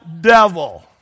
devil